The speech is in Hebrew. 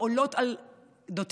שעולות על גדותיהן.